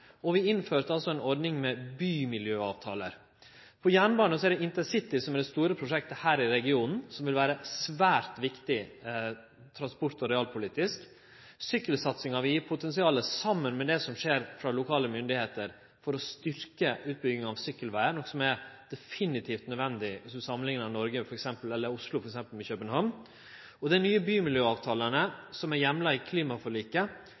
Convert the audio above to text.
og vi innførte ei ordning med bymiljøavtalar. Når det gjeld jernbane, er det intercity som er det store prosjektet her i regionen, og som vil vere svært viktig transport- og realpolitisk. Sykkelsatsinga vil, saman med det som skjer frå lokale myndigheiter, gje eit potensial for å styrke utbygginga av sykkelvegar, noko som definitivt er nødvendig dersom ein samanlikner f.eks. Oslo med København. Dei nye bymiljøavtalane som er heimla i klimaforliket,